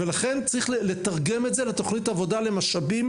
ולכן צריך לתרגם את זה לתכנית עבודה למשאבים